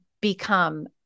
become